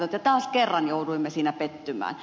taas kerran jouduimme siinä pettymään